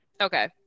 Okay